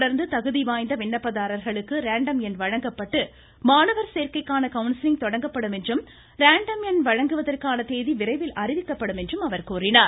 தொடர்ந்து தகுதி வாய்ந்த விண்ணப்பதாரர்களுக்கு ரேண்டம் எண் வழங்கப்பட்டு மாணவர் சேர்க்கைக்கான கவுன்சிலிங் தொடங்கப்படும் என்றும் ரேண்டம் எண் வழங்குவதற்கான தேதி விரைவில் அறிவிக்கப்படும் என்றும் அவர் கூறினார்